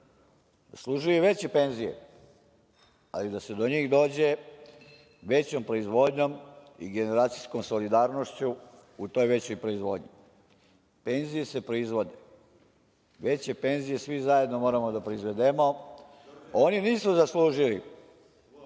Zaslužuju veće penzije, ali da se do njih dođe većom proizvodnjom i generacijskom solidarnošću u toj većoj proizvodnji. Penzije se proizvode. Veće penzije svi zajedno moramo da proizvedemo. Naši najstariji